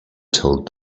told